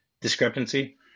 discrepancy